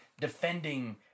defending